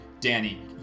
danny